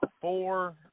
four